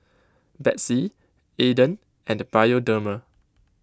Betsy Aden and Bioderma